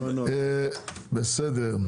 בסדר,